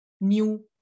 new